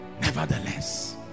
nevertheless